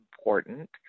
important